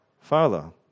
Father